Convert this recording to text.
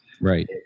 Right